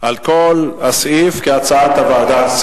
על כל הסעיף, כהצעת הוועדה.